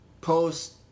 Post